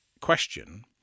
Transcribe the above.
question